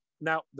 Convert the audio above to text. Now